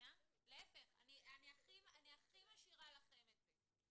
להפך אני הכי משאירה לכם את זה.